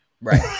Right